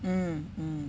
mm mm